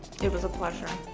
it was a pleasure.